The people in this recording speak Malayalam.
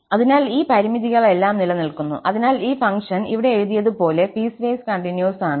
അതിനാൽ ഈ പരിമിതികളെല്ലാം നിലനിൽക്കുന്നു അതിനാൽ ഈ ഫംഗ്ഷൻ ഇവിടെ എഴുതിയതുപോലെ പീസ്വേസ് കണ്ടിന്യൂസ് ആണ്